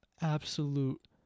absolute